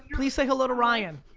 please say hello to ryan.